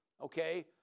okay